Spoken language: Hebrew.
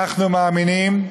אנחנו מאמינים,